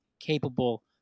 capable